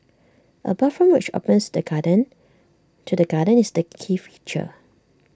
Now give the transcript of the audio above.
A bathroom which opens the garden to the garden is the key feature